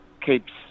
keeps